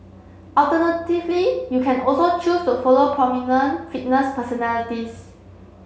alternatively you can also choose to follow prominent fitness personalities